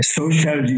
social